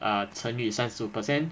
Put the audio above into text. ah 乘于三十五 percent